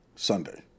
Sunday